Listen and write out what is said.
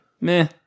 Meh